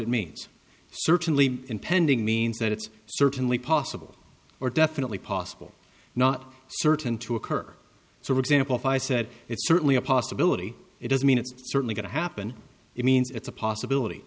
it means certainly impending means that it's certainly possible or definitely possible not certain to occur so example if i said it's certainly a possibility it doesn't mean it's certainly going to happen it means it's a possibility